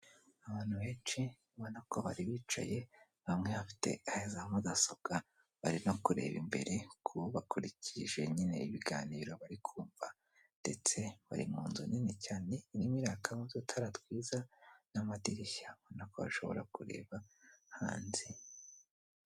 Abantu benshi ubona ko bari bicaye bamwe bafite za mudasobwa, barimo kureba imbere kuko bakurikije nyine ibiganiro biri kuvugwa. Ndetse bari mu nzu nini cyane, irimo irakamo udutara twiza, n'amadirishya abona ko bashobora kureba hanze.